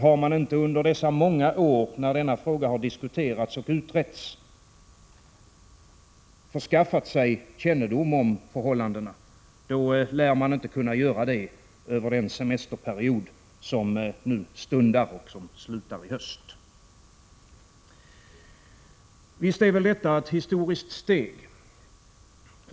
Har man inte under dessa många år när denna fråga har diskuterats och utretts förskaffat sig kännedom om förhållandena, lär man inte kunna göra det över den semesterperiod som nu stundar och som slutar i höst. Visst är väl detta ett historiskt steg.